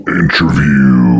interview